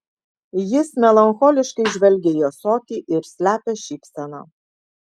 jis melancholiškai žvelgia į ąsotį ir slepia šypseną